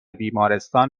بیمارستان